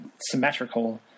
symmetrical